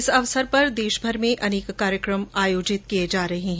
इस अवसर पर देशभर में अनेक कार्यक्रम आयोजित किये जा रहे हैं